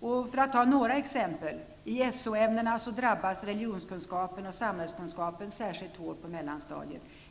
Jag skall ta några exempel. I SO-ämnena drabbas religionskunskapen och samhällskunskapen särskilt hårt på mellanstadiet.